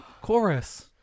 chorus